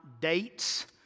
dates